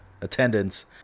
attendance